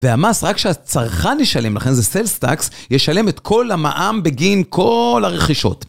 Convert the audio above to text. והמס, רק כשהצרכן ישלם, לכן זה sales tax, ישלם את כל המע״מ בגין כל הרכישות.